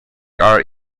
are